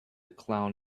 clown